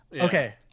Okay